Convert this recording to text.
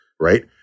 right